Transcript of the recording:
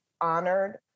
honored